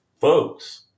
folks